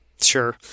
Sure